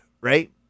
right